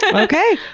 but okay!